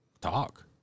Talk